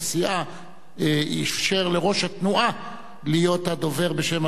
אישר לראש התנועה להיות הדובר בשם התנועה חמש דקות.